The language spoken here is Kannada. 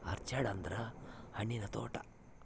ಆರ್ಚರ್ಡ್ ಅಂದ್ರ ಹಣ್ಣಿನ ತೋಟ